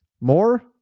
More